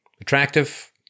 attractive